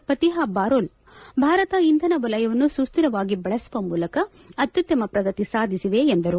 Fatih Birol Bharat ಇಂಧನ ವಲಯವನ್ನು ಸುಶ್ಧಿರವಾಗಿ ಬಳಸುವ ಮೂಲಕ ಅತ್ತುತ್ತಮ ಪ್ರಗತಿ ಸಾಧಿಸಿದೆ ಎಂದರು